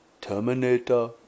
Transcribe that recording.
Terminator